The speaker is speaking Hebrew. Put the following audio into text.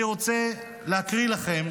אני רוצה להקריא לכם